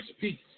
peace